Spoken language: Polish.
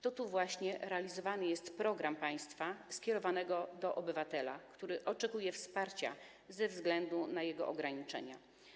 To tu realizowany jest program państwa skierowanego do obywatela, który oczekuje wsparcia ze względu na swoje ograniczenia.